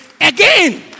again